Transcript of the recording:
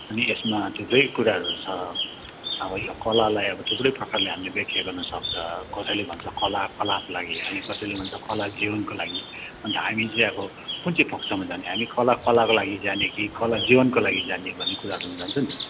अनि यसमा थुप्रै कुराहरू छ अब यो कलालाई अब थुप्रै प्रकारले हामीले व्याख्या गर्न सक्छौँ कसैले भन्छ कला कलाको लागि अनि कसैले भन्छ कला जीवनको लागि अन्त हामीले चाहिँ अब कुन चाहिँ पक्षमा जाने हामी कला कलाको लागि जाने कि कला जीवनको लागि जाने भन्ने कुराहरूमा जान्छ नि त